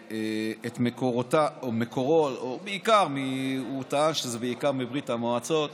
הוא טען שזה בעיקר מברית המועצות,